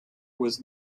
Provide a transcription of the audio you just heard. was